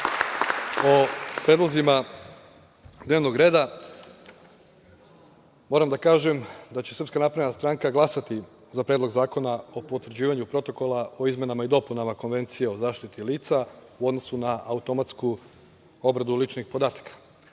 o predlozima dnevnog reda, moram da kažem da će SNS glasati za Predlog zakona o potvrđivanju protokola o izmenama i dopunama Konvencije o zaštiti lica u odnosu na automatsku obradu ličnih podataka.